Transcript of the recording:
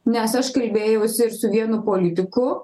nes aš kalbėjausi ir su vienu politiku